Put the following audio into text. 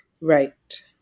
Right